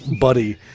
buddy